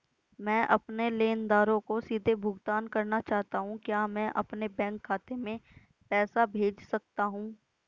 मैं अपने लेनदारों को सीधे भुगतान करना चाहता हूँ क्या मैं अपने बैंक खाते में पैसा भेज सकता हूँ?